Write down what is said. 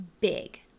big